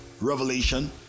revelation